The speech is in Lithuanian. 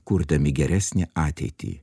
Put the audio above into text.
kurdami geresnę ateitį